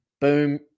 boom